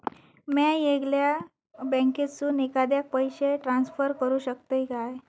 म्या येगल्या बँकेसून एखाद्याक पयशे ट्रान्सफर करू शकतय काय?